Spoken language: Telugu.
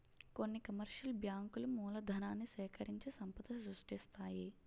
కొన్ని కమర్షియల్ బ్యాంకులు మూలధనాన్ని సేకరించి సంపద సృష్టిస్తాయి